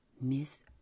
Miss